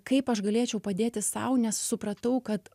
kaip aš galėčiau padėti sau nes supratau kad